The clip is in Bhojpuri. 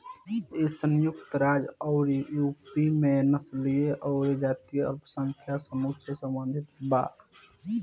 इ संयुक्त राज्य अउरी यूरोप में नस्लीय अउरी जातीय अल्पसंख्यक समूह से सम्बंधित बा